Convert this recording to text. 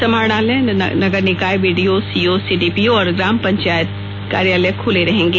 समाहरणालय नगर निकाय बीडीओ सीओ सीडीपीओ और ग्राम पंचायत कार्यालय खुले रहेंगे